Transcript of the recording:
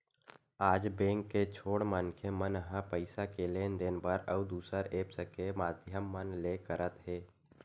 आज बेंक के छोड़ मनखे मन ह पइसा के लेन देन बर अउ दुसर ऐप्स के माधियम मन ले करत हे